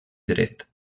dret